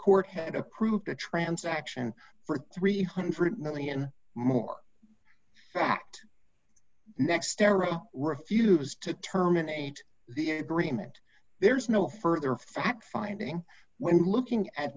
court had approved the transaction for three hundred million more fact next era refused to terminate the agreement there's no further fact finding when looking at